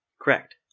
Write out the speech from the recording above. Correct